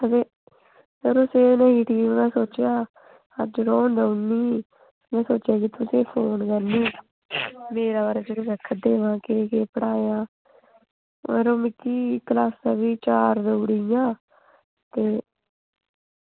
ते यरो तौल होई जंदी में सोचेआ ते अज्ज रौह्न देई ओड़नी ते में सोचेआ तुसेंगी फोन करी ओड़नी मेरा यरो सर आक्खा दे हे केह् केह् पढ़ाया ओह् यरो म्गी क्लासां बी चार देई ओड़ियां ते